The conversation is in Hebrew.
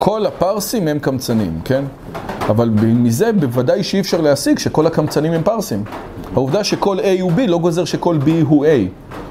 כל הפרסים הם קמצנים, כן? אבל מזה בוודאי שאי אפשר להשיג שכל הקמצנים הם פרסים העובדה שכל a הוא b לא גוזר שכל b הוא a